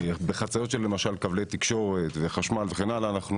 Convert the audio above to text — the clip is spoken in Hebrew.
בחציות של קווי תקשורת וחשמל וכן הלאה אנחנו